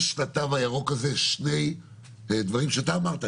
יש לתו הירוק הזה שני דברים שאתה אמרת,